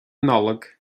nollag